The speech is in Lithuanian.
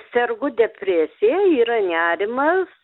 sergu depresija yra nerimas